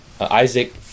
Isaac